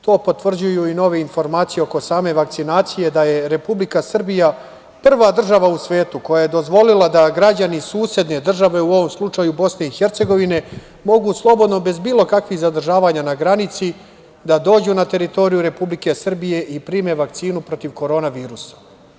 To potvrđuju i nove informacije oko same vakcinacije, da je Republika Srbija koja je prva država u svetu koja je dozvolila da građani susedne države, u ovom slučaju građani BiH, mogu slobodno bez bilo kakvih zadržava na granici da dođu na teritoriju Republike Srbije i prime vakcinu protiv korona virusa.